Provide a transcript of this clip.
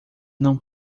não